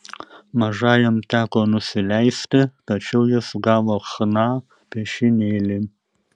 mažajam teko nusileisti tačiau jis gavo chna piešinėlį